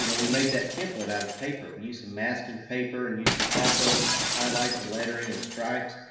you know we made that template out of paper. we used some masking paper and used some charcoal to highlight the lettering and stripes,